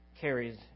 carries